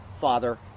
father